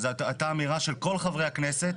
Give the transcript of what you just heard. וזאת הייתה אמירה של כל חברי הכנסת.